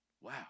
Wow